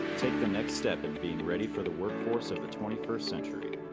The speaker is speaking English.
take the next step of being ready for the workforce of the twenty first century.